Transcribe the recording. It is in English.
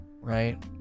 right